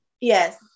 Yes